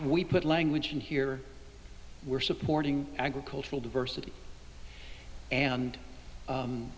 we put language in here we're supporting agricultural diversity and